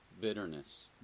bitterness